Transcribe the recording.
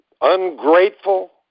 Ungrateful